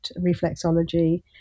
reflexology